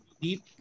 deep